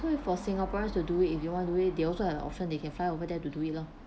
so if for singaporeans to do it if you want do it they also have option they can fly over there to do it lor